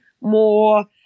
more